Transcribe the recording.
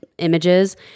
images